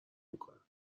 میکنم